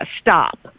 stop